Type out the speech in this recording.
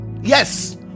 Yes